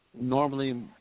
Normally